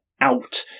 Out